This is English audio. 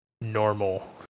normal